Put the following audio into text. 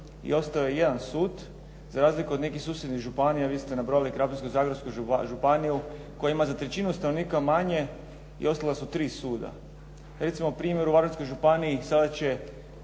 i ostao je jedan sud za razliku od nekih susjednih županija, vi ste nabrojali Krapinsko-zagorsku županiju koja ima za trećinu stanovnika manje i ostala su 3 suda. Recimo primjer u Varaždinskoj županiji sada će